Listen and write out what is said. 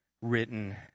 Written